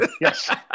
Yes